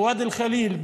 בוואדי אל-ח'ליל,